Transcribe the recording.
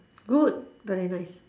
good very nice